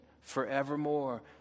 forevermore